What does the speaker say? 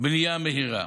לבנייה מהירה.